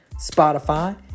Spotify